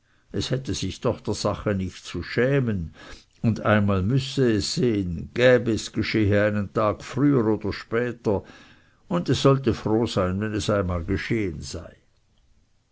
es hätte sich der sache doch nicht zu schämen und einmal müsse es sein gäb es geschehe einen tag früher oder später und es sollte froh sein wenn es einmal geschehen sei